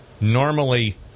normally